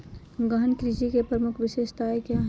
गहन कृषि की प्रमुख विशेषताएं क्या है?